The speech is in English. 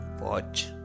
watch